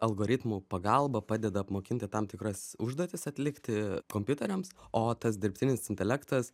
algoritmų pagalba padeda apmokinti tam tikras užduotis atlikti kompiuteriams o tas dirbtinis intelektas